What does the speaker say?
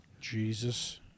Jesus